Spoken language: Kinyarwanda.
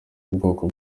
ubwoko